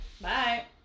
Bye